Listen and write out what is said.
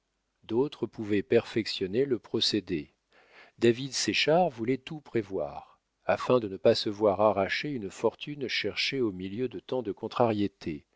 d'autres pouvaient perfectionner le procédé david séchard voulait tout prévoir afin de ne pas se voir arracher une fortune cherchée au milieu de tant de contrariétés